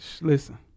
listen